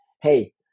hey